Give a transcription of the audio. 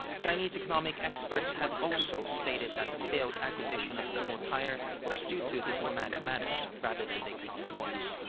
chinese economic experts have also stated that the failed acquisition of kumho tire was due to diplomatic matters rather than the economic ones.